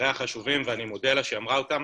דבריה חשובים ואני מודה לה שהיא אמרה אותם,